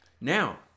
Now